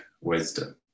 wisdom